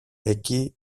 εκεί